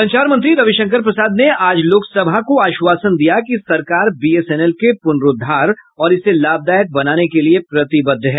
संचार मंत्री रविशंकर प्रसाद ने आज लोकसभा को आश्वासन दिया कि सरकार बीएसएनएल के पुनरूद्धार और इसे लाभदायक बनाने के लिए प्रतिबद्ध है